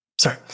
Sorry